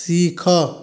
ଶିଖ